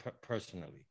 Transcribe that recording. personally